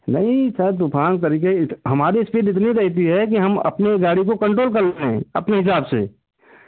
नहीं सर तूफान तरीके हमारी स्पीड इतनी रहती है कि हम अपनी गाड़ी को कण्ट्रोल कर लें अपने हिसाब से